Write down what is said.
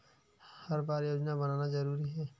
हर बार योजना बनाना जरूरी है?